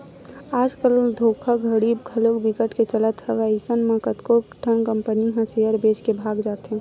आज कल धोखाघड़ी घलो बिकट के चलत हवय अइसन म कतको ठन कंपनी ह सेयर बेच के भगा जाथे